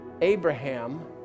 Abraham